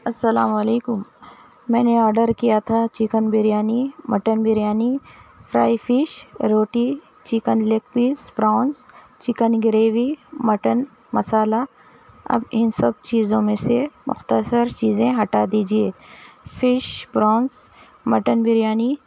السّلامُ علیکم میں نے آڈر کیا تھا chicken biryani mutton biryani fry fish روٹی chicken leg piece prawns chicken gravy mutton masala اب اِن سب چیزوں میں سے مختصر چیزیں ہٹا دیجیے فش پراؤنس مٹن بریانی